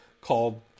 called